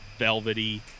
Velvety